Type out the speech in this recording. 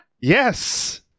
yes